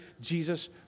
Jesus